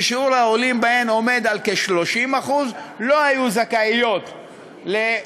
ששיעור העולים בהם עומד על כ-30% לא היו זכאיות ל-100%